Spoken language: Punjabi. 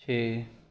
ਛੇ